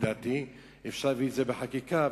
לדעתי אפשר להביא את זה בחקיקה,